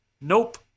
Nope